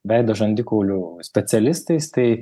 veido žandikaulių specialistais tai